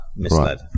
misled